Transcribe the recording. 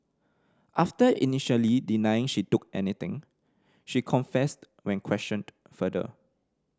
after initially denying she took anything she confessed when questioned further